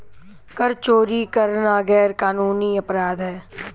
कर चोरी करना गैरकानूनी अपराध है